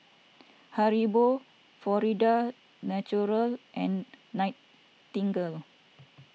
Haribo Florida's Natural and Nightingale